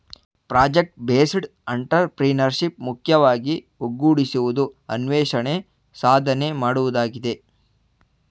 project based entrepreneurship ಮುಖ್ಯವಾಗಿ ಒಗ್ಗೂಡಿಸುವುದು, ಅನ್ವೇಷಣೆ, ಸಾಧನೆ ಮಾಡುವುದಾಗಿದೆ